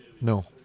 No